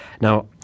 Now